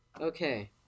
Okay